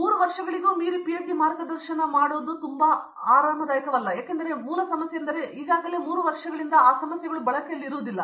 3 ವರ್ಷಗಳಿಗೂ ಮೀರಿ ಪಿಎಚ್ಡಿ ಮಾರ್ಗದರ್ಶನ ಮಾಡಲು ತುಂಬಾ ಆರಾಮದಾಯಕವಲ್ಲ ಏಕೆಂದರೆ ಮೂಲ ಸಮಸ್ಯೆಯೆಂದರೆ ಅವು ಈಗಾಗಲೇ 3 ವರ್ಷಗಳಿಂದ ಬಳಕೆಯಲ್ಲಿಲ್ಲ